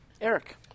Eric